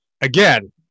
Again